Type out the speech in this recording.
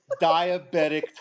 Diabetic